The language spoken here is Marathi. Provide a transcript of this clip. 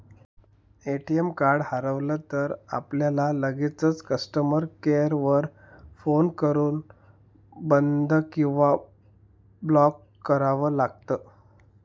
ए.टी.एम कार्ड हरवलं तर, आपल्याला लगेचच कस्टमर केअर वर फोन करून बंद किंवा ब्लॉक करावं लागतं